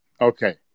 Okay